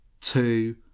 two